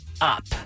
up